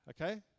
Okay